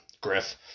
Griff